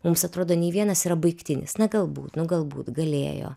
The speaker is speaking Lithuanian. mums atrodo nei vienas yra baigtinis na galbūt nu galbūt galėjo